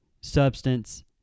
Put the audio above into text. Substance